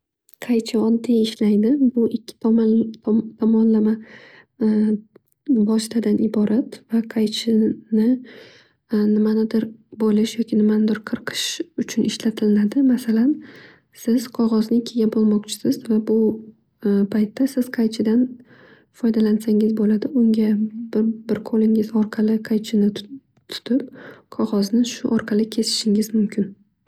Qaychi oddiy ishlaydi. Bu ikki tomonloma vositadan iborat. Va qaychini nimanidir bo'lish yoki nimanidir qirqish uchun ishlatiladi. Masalan siz qog; ozni ikkiga bo'lmoqchisiz va bu paytda siz qaychidan foydalansangiz bo'ladi. Bir qo'lingiz orqali qaychni tutib qog'ozni qirqishingiz mumkin.